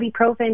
ibuprofen